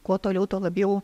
kuo toliau tuo labiau